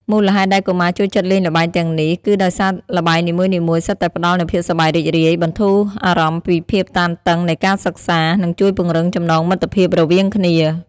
មូលហេតុដែលកុមារចូលចិត្តលេងល្បែងទាំងនេះ គឺដោយសារល្បែងនីមួយៗសុទ្ធតែផ្ដល់នូវភាពសប្បាយរីករាយ បន្ធូរអារម្មណ៍ពីភាពតានតឹងនៃការសិក្សា និងជួយពង្រឹងចំណងមិត្តភាពរវាងគ្នា។